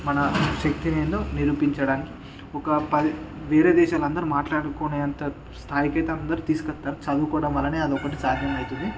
మన శక్తిని వీళ్ళు నిరూపించడానికి ఒక ప వేరే దేశాల అందరు మాట్లాడుకొనే అంత స్థాయికైతే అందరు తీసుకు వస్తారు చదువుకోవడం వలనే అది ఒకటి సాధ్యం అవుతుంది